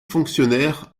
fonctionnaire